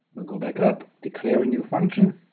we'll go back up, declare a new function,